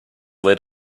lit